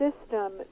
system